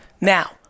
Now